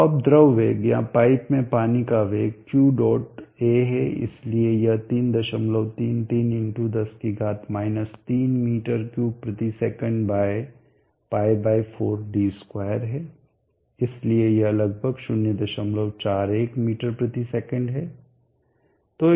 तो अब द्रव वेग या पाइप में पानी का वेग Q डॉट A है इसलिए यह 333x10 3मीटर क्यूब प्रति सेकंड बाय π4 d2 है इसलिए यह लगभग 041 मीटर प्रति सेकंड है